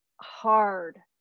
hard